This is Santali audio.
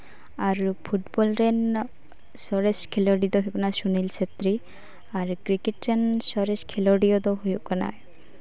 ᱟᱨ ᱯᱷᱩᱴᱵᱚᱞ ᱨᱮᱱ ᱥᱚᱨᱮᱥ ᱠᱷᱮᱞᱳᱰᱤᱭᱟᱹ ᱫᱚᱭ ᱦᱩᱭᱩᱜ ᱠᱟᱱᱟ ᱥᱩᱱᱤᱞ ᱪᱷᱮᱛᱨᱤ ᱟᱨ ᱠᱨᱤᱠᱮᱹᱴ ᱨᱮᱱ ᱥᱚᱨᱮᱥ ᱠᱷᱮᱞᱳᱰᱤᱭᱟᱹ ᱫᱚᱭ ᱦᱳᱭᱳᱜ ᱠᱟᱱᱟᱭ